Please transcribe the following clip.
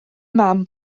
mam